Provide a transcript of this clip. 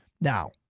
now